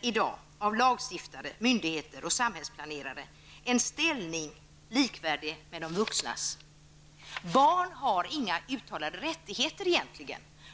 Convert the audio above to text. i dag av lagstiftare, myndigheter och samhällsplanerare inte en ställning som är likvärdig med de vuxnas. Barn har egentligen inga uttalade rättigheter.